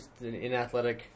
inathletic